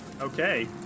Okay